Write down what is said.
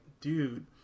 dude